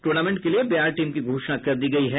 tournament के लिए Bihar team की घोषणा कर दी गयी है